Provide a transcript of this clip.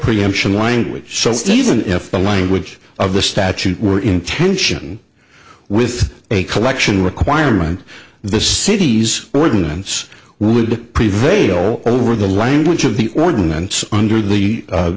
preemption language so stephen if the language of the statute were in tension with a collection requirement the city's ordinance would prevail over the language of the ordinance under the